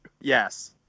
Yes